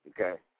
okay